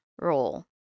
Role